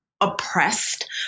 oppressed